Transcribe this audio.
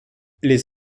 les